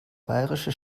bayerische